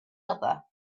other